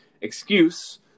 excuse